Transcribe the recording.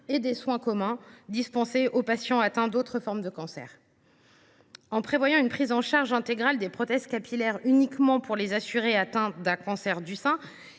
et des soins communs dispensés aux patients atteints d’autres formes de cancer. En prévoyant une prise en charge intégrale des prothèses capillaires uniquement pour les assurés atteints d’un cancer du sein